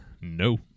No